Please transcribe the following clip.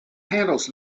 handles